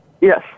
Yes